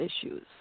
issues